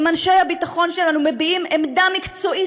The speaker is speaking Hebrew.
אם אנשי הביטחון שלנו מביעים עמדה מקצועית